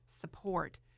support